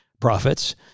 profits